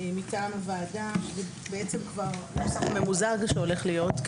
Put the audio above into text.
מטעם הוועדה, בעצם כבר נוסח ממוזג שהולך להיות.